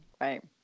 right